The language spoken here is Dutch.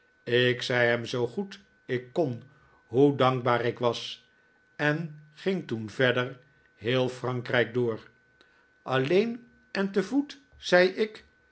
ik zei hem zoo goed ik kon hoe dankbaar ik was en ging toen verder heel frankrijk door alleen en te voet zei ik